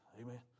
amen